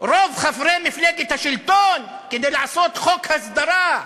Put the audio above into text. רוב חברי מפלגת השלטון כדי לעשות חוק הסדרה,